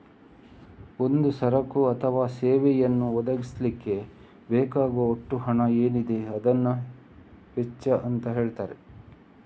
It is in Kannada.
ಒಂದು ಸರಕು ಅಥವಾ ಸೇವೆಯನ್ನ ಒದಗಿಸ್ಲಿಕ್ಕೆ ಬೇಕಾಗುವ ಒಟ್ಟು ಹಣ ಏನಿದೆ ಅದನ್ನ ವೆಚ್ಚ ಅಂತ ಹೇಳ್ತಾರೆ